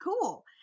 cool